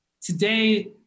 Today